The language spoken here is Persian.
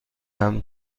حمل